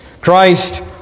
Christ